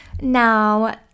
Now